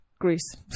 Greece